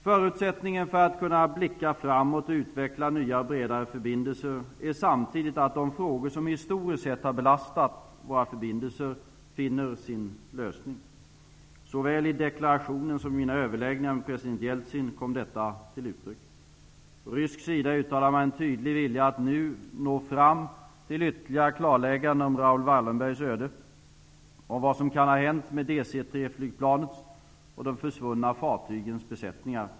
Förutsättningen för att kunna blicka framåt och utveckla nya och bredare förbindelser är samtidigt att de frågor som historiskt har belastat våra förbindelser finner sin lösning. Såväl i deklarationen som i mina överläggningar med president Jeltsin kom detta till uttryck. Från rysk sida uttalade man en tydlig vilja att nu nå fram till ytterligare klarlägganden om Raoul Wallenbergs öde och om vad som kan ha hänt med DC 3 flygplanets och de försvunna fartygens besättningar.